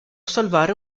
salvare